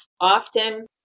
Often